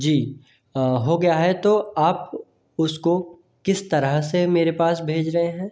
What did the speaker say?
जी हो गया है तो आप उसको किस तरह से मेरे पास भेज रहे हैं